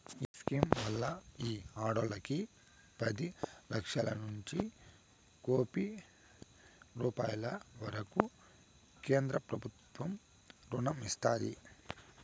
ఈ స్కీమ్ వల్ల ఈ ఆడోల్లకి పది లచ్చలనుంచి కోపి రూపాయిల వరకూ కేంద్రబుత్వం రుణం ఇస్తాది